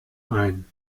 ein